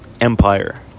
empire